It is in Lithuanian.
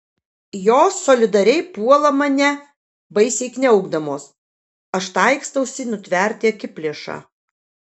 jos solidariai puola mane baisiai kniaukdamos aš taikstausi nutverti akiplėšą